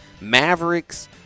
Mavericks